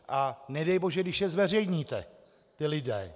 A nedej bože, když je zveřejníte, ty lidi!